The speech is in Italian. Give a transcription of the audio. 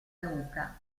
nuca